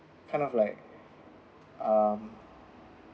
kind of like um